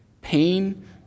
pain